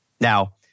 Now